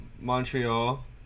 Montreal